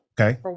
Okay